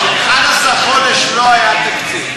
11 חודש לא היה תקציב,